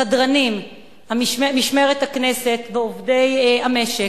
סדרנים, משמר הכנסת ועובדי המשק,